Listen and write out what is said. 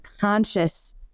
conscious